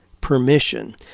permission